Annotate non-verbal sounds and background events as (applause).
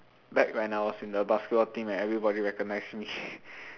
back when I was in the basketball team and everybody recognise me (laughs)